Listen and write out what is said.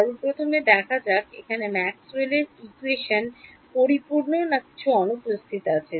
সর্বপ্রথমে দেখা যাক এখানে ম্যাক্সওয়েলের সমীকরণ Maxwell's Equationপরিপূর্ণ না কোন কিছু অনুপস্থিত আছে